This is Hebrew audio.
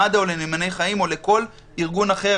למד"א או ל"נאמני חיים" או לכל ארגון אחד,